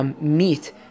meat